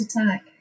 attack